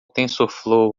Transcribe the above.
tensorflow